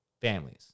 families